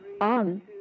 on